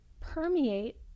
permeate